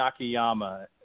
Nakayama